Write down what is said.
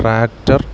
tractor